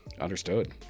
Understood